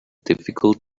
difficult